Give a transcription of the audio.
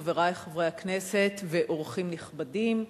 חברי חברי הכנסת ואורחים נכבדים,